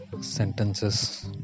sentences